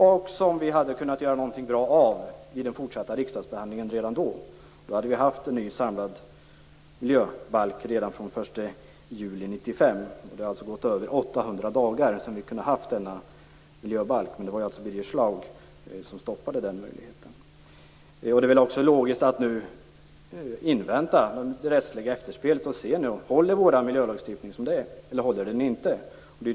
Det hade vi kunnat göra något bra av redan då vid den fortsatta riksdagsbehandlingen. Då hade vi haft en ny samlad miljöbalk redan från den 1 juli 1995. Vi hade alltså kunnat ha den miljöbalken i över 800 dagar. Men Birger Schlaug stoppade den möjligheten. Det är väl nu logiskt att invänta det rättsliga efterspelet och se om vår miljölagstiftning håller eller inte.